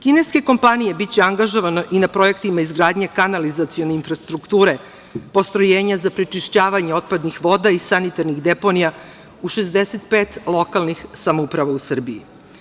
Kineske kompanije biće angažovane i na projektima izgradnje kanalizacione infrastrukture postrojenja za prečišćavanje otpadnih voda i sanitarnih deponija u 65 lokalnih samouprava u Srbiji.